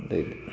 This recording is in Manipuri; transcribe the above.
ꯑꯗꯩ